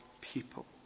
people